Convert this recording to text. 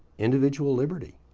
individual liberty.